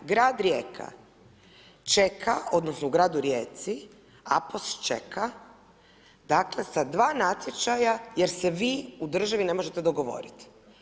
Grad Rijeka čeka, odnosno u gradu Rijeci APOS čeka, dakle sa 2 natječaja jer se vi u državi ne možete dogovoriti.